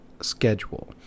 schedule